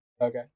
Okay